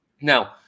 Now